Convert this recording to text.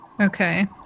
Okay